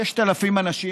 ברור ש-6,000 האנשים,